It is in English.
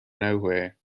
nowhere